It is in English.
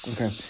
Okay